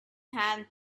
hand